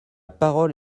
parole